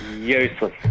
Useless